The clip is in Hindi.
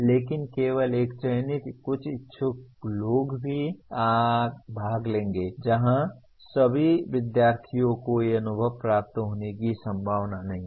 लेकिन केवल एक चयनित कुछ इच्छुक लोग ही भाग लेंगे जहां सभी विद्यार्थियों को ये अनुभव प्राप्त होने की संभावना नहीं है